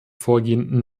vorgehen